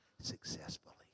successfully